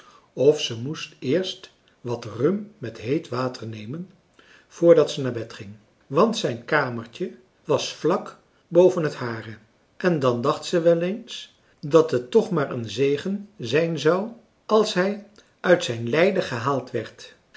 of ze moest eerst wat rum met heet water nemen voordat ze naar bed ging want zijn kamertje was vlak boven het hare en dan dacht ze wel eens dat het toch maar een zegen zijn zou als hij uit zijn lijden gehaald werd